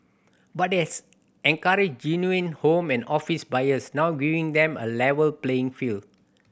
but it has encouraged genuine home and office buyers now giving them a level playing field